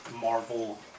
Marvel